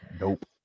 Nope